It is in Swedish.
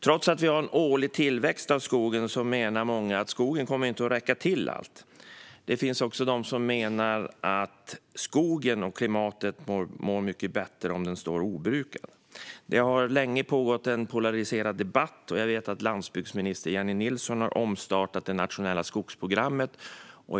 Trots att vi har en årlig tillväxt av skog menar många att skogen inte kommer att räcka till allt. Det finns också de som menar att skogen och även klimatet mår mycket bättre om skogen står obrukad. Det har länge pågått en polariserad debatt, och jag vet att landsbygdsminister Jennie Nilsson har omstartat det nationella skogsprogrammet.